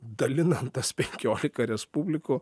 dalinant tas penkiolika respublikų